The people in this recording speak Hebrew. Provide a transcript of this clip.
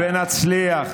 הלוואי שנצליח,